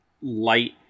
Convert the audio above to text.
light